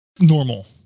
normal